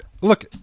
look